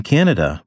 Canada